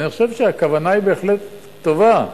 אני חושב שהכוונה בהחלט טובה,